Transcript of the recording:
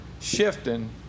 shifting